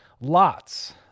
Lots